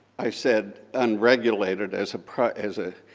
i said unregulated as ah as a